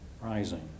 rising